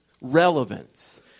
relevance